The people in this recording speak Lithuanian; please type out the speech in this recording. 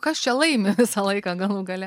kas čia laimi visą laiką galų gale